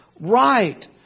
right